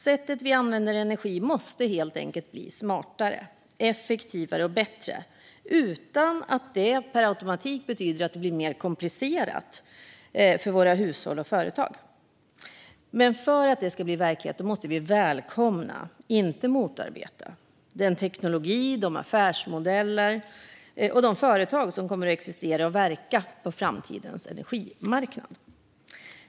Sättet vi använder energi på måste helt enkelt bli smartare, effektivare och bättre utan att detta per automatik betyder att det blir mer komplicerat för våra hushåll och företag. För att det här ska bli verklighet måste vi välkomna, inte motarbeta, den teknologi, de affärsmodeller och de företag som kommer att existera och verka på framtidens energimarknad.